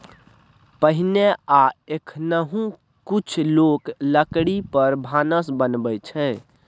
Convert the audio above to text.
पहिने आ एखनहुँ कुछ लोक लकड़ी पर भानस बनबै छै